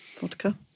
vodka